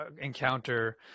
encounter